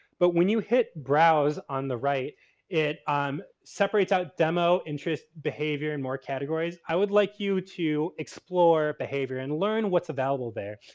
but when you hit browse on the right it um separates out demo interest behavior in more categories. i would like you to explore behavior and learn what's available there.